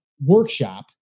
workshop